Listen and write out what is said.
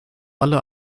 alle